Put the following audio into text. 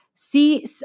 see